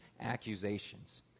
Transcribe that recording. accusations